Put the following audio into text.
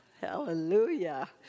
Hallelujah